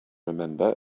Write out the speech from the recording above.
remember